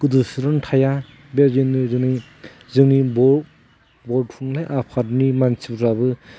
गोदोसोनानै थाया बेबायदिनो जोंनि बर' थुनलाय आफादनि मानसिफ्राबो